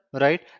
right